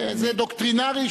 זה דוקטרינרי.